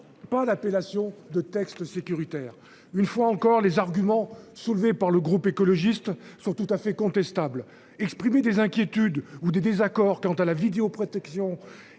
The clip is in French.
Pas l'appellation de texte sécuritaire. Une fois encore, les arguments soulevés par le groupe écologiste sont tout à fait contestable exprimé des inquiétudes ou des désaccords. Quant à la vidéoprotection